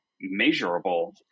measurable